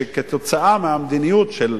שכתוצאה מהמדיניות של,